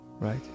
Right